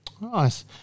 nice